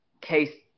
case